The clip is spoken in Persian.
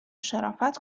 شرافت